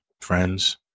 friends